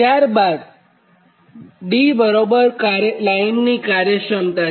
ત્યારબાદ D બરાબર લાઇનની કાર્યક્ષમતા છે